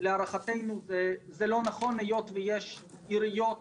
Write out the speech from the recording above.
להערכתנו זה לא נכון היות ויש עיריות